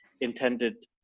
intended